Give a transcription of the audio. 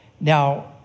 Now